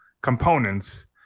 components